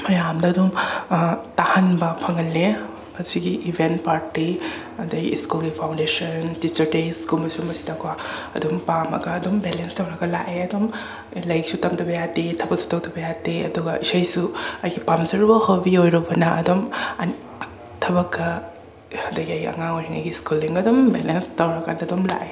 ꯃꯌꯥꯝꯗꯗꯨꯝ ꯇꯥꯍꯟꯕ ꯐꯪꯍꯜꯂꯤ ꯃꯁꯤꯒꯤ ꯏꯚꯦꯟ ꯄꯥꯔꯇꯤ ꯑꯗꯩ ꯁ꯭ꯀꯨꯜꯒꯤ ꯐꯥꯎꯟꯗꯦꯁꯟ ꯇꯤꯆꯔ ꯗꯦꯁꯀꯨꯝꯕ ꯁꯤꯒꯨꯝꯕꯁꯤꯗꯀꯣ ꯑꯗꯨꯝ ꯄꯥꯝꯃꯒ ꯑꯗꯨꯝ ꯕꯦꯂꯦꯟꯁ ꯇꯧꯔꯒ ꯂꯥꯛꯑꯦ ꯑꯗꯨꯝ ꯂꯥꯏꯔꯤꯛꯁꯨ ꯇꯝꯗꯕ ꯌꯥꯗꯦ ꯊꯕꯛꯁꯨ ꯇꯧꯗꯕ ꯌꯥꯗꯦ ꯑꯗꯨꯒ ꯏꯁꯩꯁꯨ ꯑꯩꯒꯤ ꯄꯥꯝꯖꯔꯨꯕ ꯍꯣꯕꯤ ꯑꯣꯏꯔꯨꯕꯅ ꯑꯗꯨꯝ ꯊꯕꯛꯀ ꯑꯗꯒꯤ ꯑꯩꯒꯤ ꯑꯉꯥꯡ ꯑꯣꯏꯔꯤꯉꯩꯒꯤ ꯁ꯭ꯀꯨꯜꯂꯤꯡꯒ ꯑꯗꯨꯝ ꯕꯦꯂꯦꯟꯁ ꯇꯧꯔꯒꯗ ꯑꯗꯨꯝ ꯂꯥꯛꯑꯦ